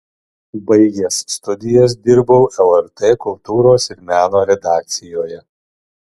baigęs studijas dirbau lrt kultūros ir meno redakcijoje